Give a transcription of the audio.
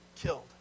killed